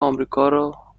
آمریکا